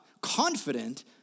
confident